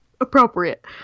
appropriate